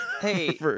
hey